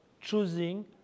choosing